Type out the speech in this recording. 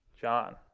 John